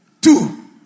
Two